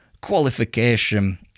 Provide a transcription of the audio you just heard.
qualification